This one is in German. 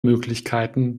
möglichkeiten